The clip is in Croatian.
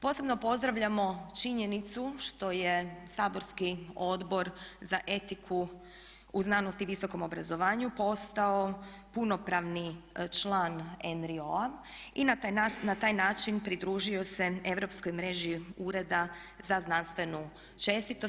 Posebno pozdravljamo činjenicu što je saborski Odbor za etiku u znanosti i visokom obrazovanju postao punopravni član … [[Govornica se ne razumije.]] i na taj način pridružio se Europskoj mreži ureda za znanstvenu čestitost.